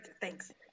Thanks